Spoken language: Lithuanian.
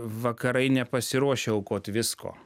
vakarai nepasiruošę aukot visko